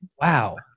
wow